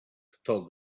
kto